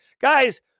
Guys